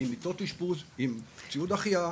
מרכז עם מיטות אשפוז, ציוד החייאה.